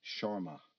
Sharma